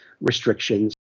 restrictions